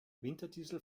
winterdiesel